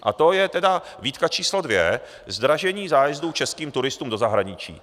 A to je výtka číslo dvě zdražení zájezdů českým turistům do zahraničí.